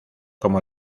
como